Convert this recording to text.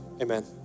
amen